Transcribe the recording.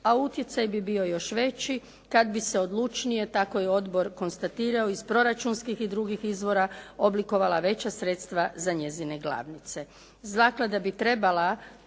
a utjecaj bi bio još veći kad bi se odlučnije, tako je odbor konstatirao iz proračunskih i drugih izvora oblikovala veća sredstva za njezine glavnice.